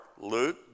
Luke